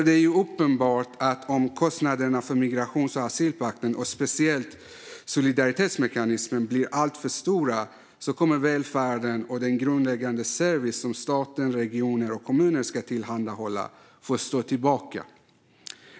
Det är uppenbart att om kostnaderna för migrations och asylpakten och speciellt solidaritetsmekanismen blir alltför stora kommer välfärden och den grundläggande service som staten, regionerna och kommunerna ska tillhandahålla att få stå tillbaka.